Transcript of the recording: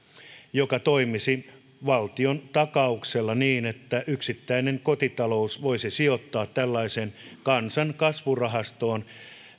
joka toimisi valtion takauksella niin että yksittäinen kotitalous voisi sijoittaa tällaiseen kansan kasvurahastoon